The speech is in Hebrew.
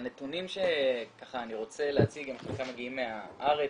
הנתונים שאני רוצה להציג חלקם מגיעים מהארץ